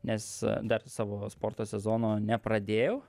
nes dar savo sporto sezono nepradėjau